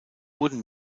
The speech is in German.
wurden